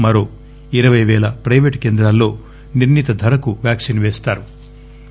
మరో ఇరవై పేల ప్రైపేటు కేంద్రాల్లో నిర్ణీత ధరకు వ్యాక్సిన్ వేస్తారు